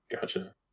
Gotcha